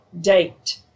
date